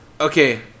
Okay